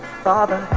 father